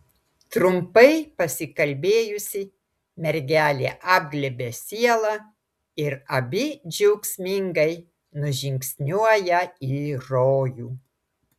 trumpai pasikalbėjusi mergelė apglėbia sielą ir abi džiaugsmingai nužingsniuoja į rojų